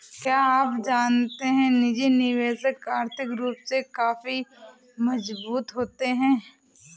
क्या आप जानते है निजी निवेशक आर्थिक रूप से काफी मजबूत होते है?